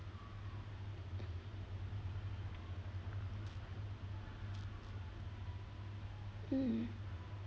mm